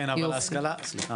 סליחה